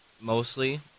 Mostly